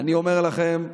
אני אומר לכם,